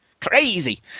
Crazy